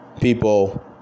people